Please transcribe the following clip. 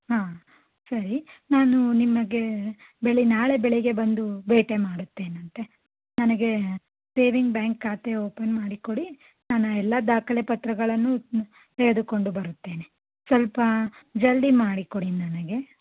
ಹಾಂ ಸರಿ ನಾನು ನಿಮಗೆ ಬೆಳಿ ನಾಳೆ ಬೆಳಿಗ್ಗೆ ಬಂದು ಭೇಟಿ ಮಾಡುತ್ತೇನಂತೆ ನನಗೆ ಸೇವಿಂಗ್ ಬ್ಯಾಂಕ್ ಖಾತೆ ಓಪನ್ ಮಾಡಿಕೊಡಿ ನನ್ನ ಎಲ್ಲ ದಾಖಲೆ ಪತ್ರಗಳನ್ನು ತೆಗೆದುಕೊಂಡು ಬರುತ್ತೇನೆ ಸ್ವಲ್ಪ ಜಲ್ದಿ ಮಾಡಿಕೊಡಿ ನನಗೆ